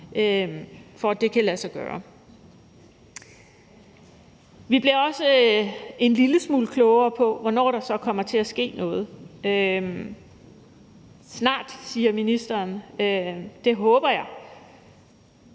for at det kan lade sig gøre. Vi er også blevet en lille smule klogere på, hvornår der så kommer til at ske noget. Snart, siger ministeren. Det håber jeg.